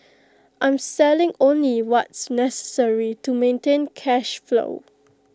I'm selling only what's necessary to maintain cash flow